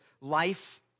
life